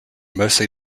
mostly